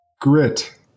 grit